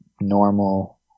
normal